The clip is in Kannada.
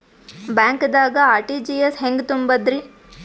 ಬ್ಯಾಂಕ್ದಾಗ ಆರ್.ಟಿ.ಜಿ.ಎಸ್ ಹೆಂಗ್ ತುಂಬಧ್ರಿ?